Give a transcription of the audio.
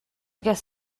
guess